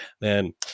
Man